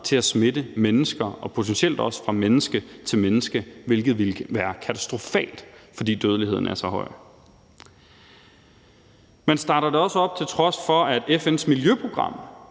til at smitte mennesker og potentielt også fra menneske til menneske, hvilket ville være katastrofalt, fordi dødeligheden er så høj. Man starter det også op, til trods for at FN's miljøprogram